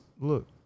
Look